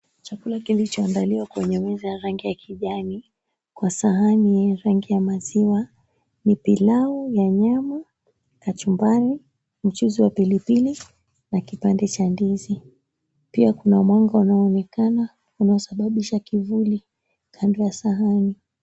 Chakula kilichoandaliwa kwenye meza ya rangi ya kijani kwa sahani ni rangi ya maziwa ni pilau ya nyama, kachumbari, mchuzi wa pilipili na kipande cha ndizi. Pia kuna mwanga unaoonekana umesababisha kivuli kando ya sahani.